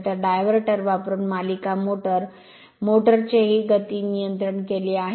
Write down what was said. तर डायव्हर्टर वापरुन मालिका मोटर मोटर चे हे गती नियंत्रण केल आहे